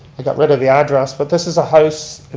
i got rid of the address, but this is a house